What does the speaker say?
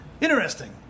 Interesting